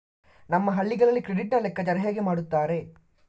ನಮ್ಮ ಹಳ್ಳಿಗಳಲ್ಲಿ ಕ್ರೆಡಿಟ್ ನ ಲೆಕ್ಕಾಚಾರ ಹೇಗೆ ಮಾಡುತ್ತಾರೆ?